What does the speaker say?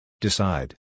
Decide